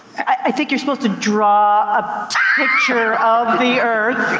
i think you're supposed to draw a picture of the earth.